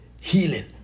healing